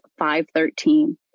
5:13